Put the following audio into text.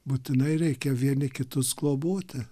būtinai reikia vieni kitus globoti